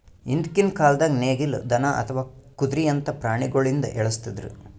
ಹಿಂದ್ಕಿನ್ ಕಾಲ್ದಾಗ ನೇಗಿಲ್, ದನಾ ಅಥವಾ ಕುದ್ರಿಯಂತಾ ಪ್ರಾಣಿಗೊಳಿಂದ ಎಳಸ್ತಿದ್ರು